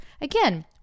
again